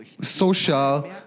social